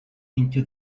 into